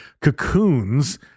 cocoons